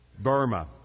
Burma